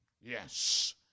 Yes